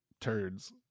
turds